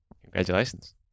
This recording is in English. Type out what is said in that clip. Congratulations